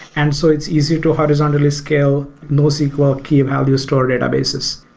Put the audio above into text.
and so it's easier to horizontally scale nosql key value store databases.